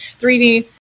3D